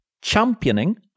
championing